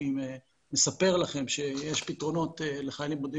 אני מספר לכם שיש פתרונות לחיילים בודדים